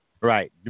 Right